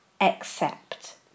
accept